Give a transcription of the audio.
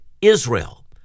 Israel